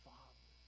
Father